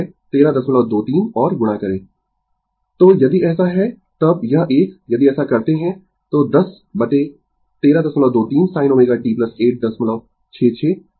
Refer Slide Time 2840 तो यदि ऐसा है तब यह एक यदि ऐसा करते है तो 101323 sin ω t 866 1323 cosω t into 1323